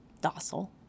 docile